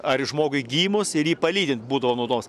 ar žmogui gimus ir jį palydint būdavo naudos